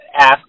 ask